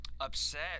upset